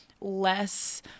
less